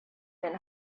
been